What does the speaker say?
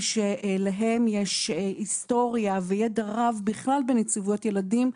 שאליהם יש היסטוריה וידע רב בכלל בנציבויות ילדים,